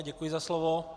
Děkuji za slovo.